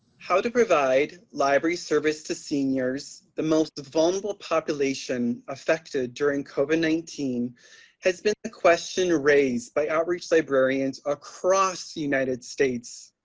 how to provide library service to seniors, the most vulnerable population affected during covid nineteen has been the question raised by outreach librarians across the united states.